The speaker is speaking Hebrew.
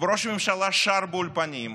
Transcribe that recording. וראש הממשלה שר באולפנים,